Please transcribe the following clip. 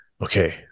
okay